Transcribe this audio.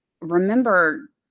remember